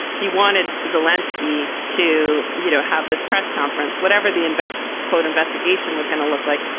he wanted his wolanski to you know have this press conference, whatever the invest quote investigation was gonna look like.